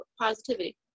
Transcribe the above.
positivity